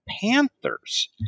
Panthers